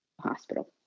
hospital